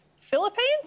Philippines